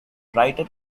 writer